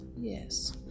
Yes